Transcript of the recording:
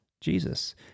Jesus